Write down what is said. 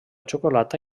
xocolata